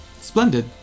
Splendid